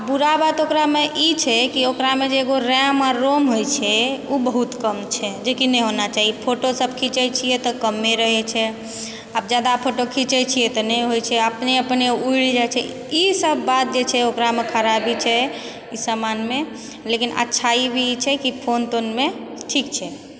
अऽ बुरा बात ओकरामे ई छै कि ओकरामे जे एकगो रैम आओर रोम होइ छै ओ बहुत कम छै जेकि नहि होना चाही फोटो सब खीञ्चे छियै तऽ कम्मे रहै छै अऽ जादा फोटो खीञ्चे छियै तऽ नहि होइ छै अपने अपने उड़ि जाइ छे ई सब बात जे छै ओकरामे खराबी छै सामानमे लेकिन अच्छाइ भी छै कि फोन तोनमे ठीक छै